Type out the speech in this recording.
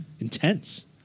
intense